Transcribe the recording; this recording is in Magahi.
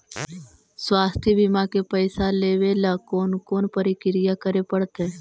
स्वास्थी बिमा के पैसा लेबे ल कोन कोन परकिया करे पड़तै?